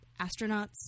astronauts